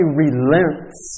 relents